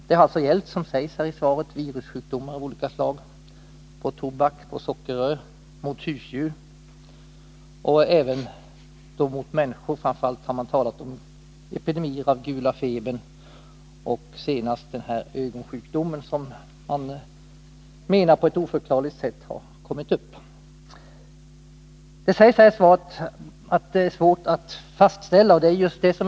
Det har alltså gällt virussjukdomar av olika slag på tobak och sockerrör, mot husdjur och även människor. Man har framför allt talat om epidemier av gula febern och senast en ögonsjukdom, som man menar på ett oförklarligt sätt har uppkommit. Det sägs också i svaret att det är svårt att fastställa användningen av sådana här vapen.